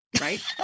Right